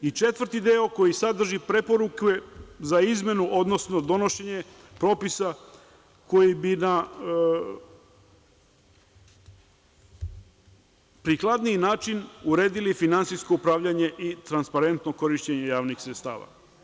I četvrti deo, koji sadrži preporuke za izmenu, odnosno donošenje propisa koji bi na prikladniji način uredili finansijsko upravljanje i transparentno korišćenje javnih sredstava.